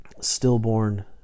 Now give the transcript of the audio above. stillborn